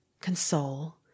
console